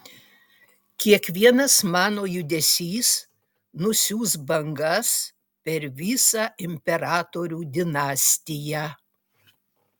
kiekvienas mano judesys nusiųs bangas per visą imperatorių dinastiją